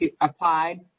applied